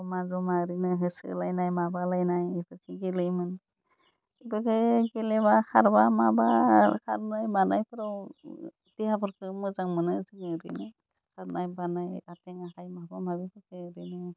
जमा जमा ओरैनो होसोलायनाय माबालायनाय बेफोरखौ गेलेयोमोन बे गे गेलेबा खारबा माबार खारनाय मानायफ्राव देहाफोरखौ मोजां मोनो जोङो औरैनो खारनाय बारनाय आइथें आखाइ माबा माबिफोरखौ ओरैनो